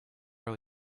will